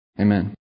Amen